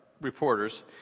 reporters